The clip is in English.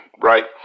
right